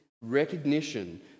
recognition